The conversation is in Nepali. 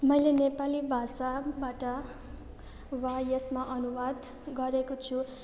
मैले नेपाली भाषाबाट वा यसमा अनुवाद गरेको छु